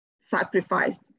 sacrificed